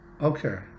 okay